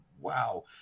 wow